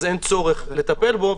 אז אין צורך לטפל בו,